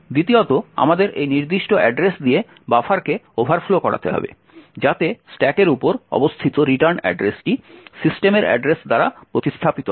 দ্বিতীয়ত আমাদের এই নির্দিষ্ট অ্যাড্রেস দিয়ে বাফারকে ওভারফ্লো করাতে হবে যাতে স্ট্যাকের উপর অবস্থিত রিটার্ন অ্যাড্রেসটি সিস্টেমের অ্যাড্রেস দ্বারা প্রতিস্থাপিত হয়